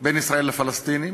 בין ישראל לפלסטינים,